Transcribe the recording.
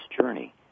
journey